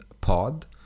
pod